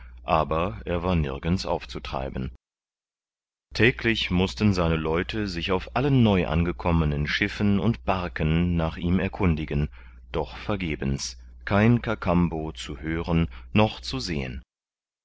aber er war nirgends aufzutreiben täglich mußten seine leute sich auf allen neuangekommenen schiffen und barken nach ihm erkundigen doch vergebens kein kakambo zu hören noch zu sehen